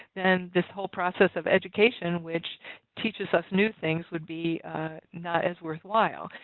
and this whole process of education which teaches us new things, would be not as worthwhile.